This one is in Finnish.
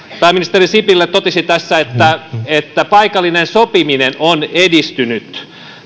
pääministeri sipilä totesi että että paikallinen sopiminen on edistynyt